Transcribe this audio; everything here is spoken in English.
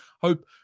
hope